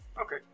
Okay